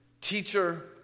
Teacher